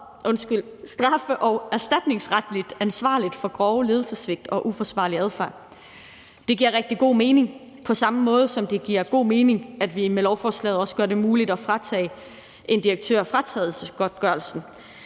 straffe- og erstatningsretligt ansvarlig for grove ledelsessvigt og uforsvarlig adfærd. Det giver rigtig god mening på samme måde, som det giver god mening, at vi med lovforslaget også gør det muligt at fratage en direktør fratrædelsesgodtgørelsen,